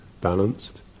balanced